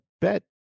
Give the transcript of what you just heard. bet